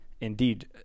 indeed